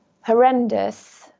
horrendous